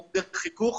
מוקדי חיכוך,